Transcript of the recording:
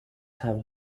have